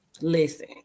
listen